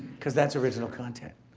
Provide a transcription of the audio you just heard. cause that's original content.